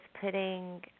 putting